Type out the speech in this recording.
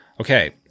Okay